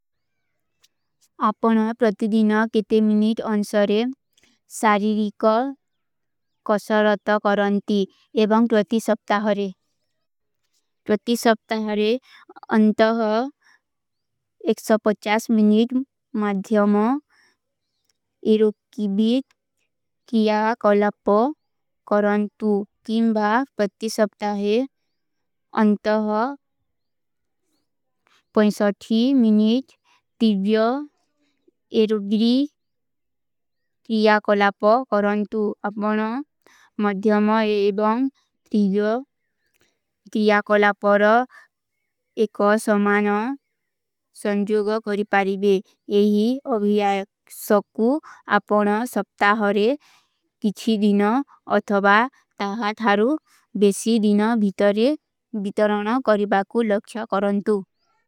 ଆପନା ପ୍ରତି ଦିନା କେତେ ମିନୀଚ ଅନ୍ସରେ ସାରୀରୀକା କସରତ କରନ୍ତୀ ଏବଂଗ ତ୍ରତି ସପ୍ତା ହରେ। ତ୍ରତି ସପ୍ତା ହରେ ଅନ୍ତହ ଏକସପଚାସ ମିନୀଚ ମାଧ୍ଯମା ଇରୁକିବିତ କିଯା କଲପପ କରନ୍ତୁ କିମ ଭାଵ ପ୍ରତି ସପ୍ତା ହେ। ଅନ୍ତହ ପ୍ରତି ସାରୀରୀକା କସରତ କିଯା କଲପପ କରନ୍ତୁ ଅପନା ମାଧ୍ଯମା ଏବଂଗ ତ୍ରତି ସପ୍ତା ହରେ। ତ୍ରତି ସାରୀରୀକା କସରତ କିଯା କଲପପ କରନ୍ତୁ କିମ ଭାଵ ପ୍ରତି ସପ୍ତା ହରେ। ବିତରାନା କରିବା କୁ ଲକ୍ଷା କରନ୍ତୁ।